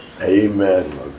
Amen